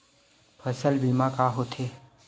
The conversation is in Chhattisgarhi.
फसल बीमा का होथे?